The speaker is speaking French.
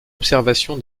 observation